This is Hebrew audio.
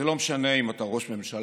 זה לא משנה אם אתה ראש ממשלה,